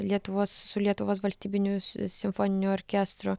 lietuvos su lietuvos valstybiniu simfoniniu orkestru